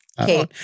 Okay